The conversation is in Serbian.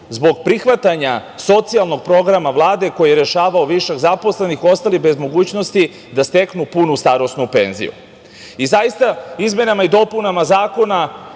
zbog prihvatanja socijalnog programa Vlade, koji je rešavao višak zaposlenih, ostali bez mogućnosti da steknu punu starosnu penziju. Zaista, izmenama i dopunama zakona